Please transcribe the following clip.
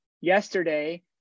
yesterday